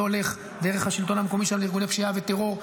לא הולך דרך השלטון המקומי לארגוני פשיעה וטרור.